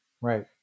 Right